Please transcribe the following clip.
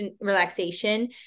relaxation